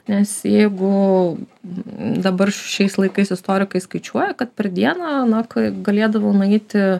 nes jeigu dabar šiais laikais istorikai skaičiuoja kad per dieną na k galėdavo nueiti